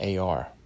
AR